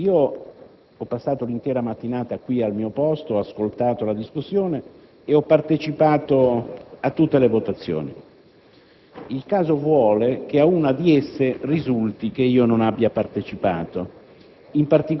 Ho passato l'intera mattinata qui al mio posto, ho ascoltato la discussione e ho partecipato a tutte le votazioni. Il caso vuole che a una di esse risulti che io non abbia partecipato: